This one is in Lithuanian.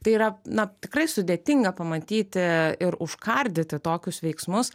tai yra na tikrai sudėtinga pamatyti ir užkardyti tokius veiksmus